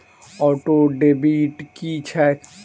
Auto debit की छैक?